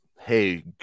Hey